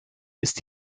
ist